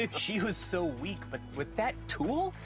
ah she was so weak, but with that tool,